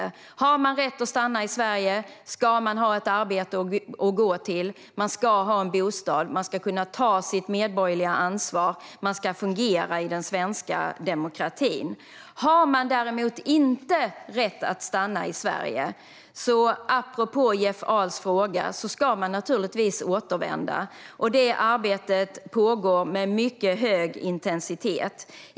Om man har rätt att stanna i Sverige ska man ha ett arbete att gå till, ha en bostad, kunna ta sitt medborgerliga ansvar och fungera i den svenska demokratin. Om man däremot inte har rätt att stanna i Sverige ska man, apropå Jeff Ahls fråga, naturligtvis återvända. Detta arbete pågår med mycket hög intensitet.